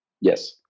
Yes